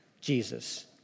Jesus